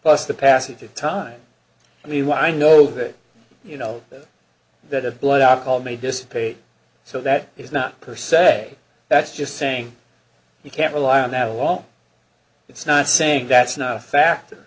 plus the passage of time i mean what i know that you know that that blood alcohol may dissipate so that is not per se that's just saying we can't rely on that along it's not saying that's not a factor